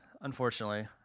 unfortunately